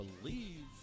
believe